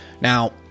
Now